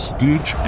Stitch